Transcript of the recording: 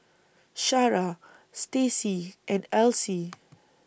Shara Stacie and Alcee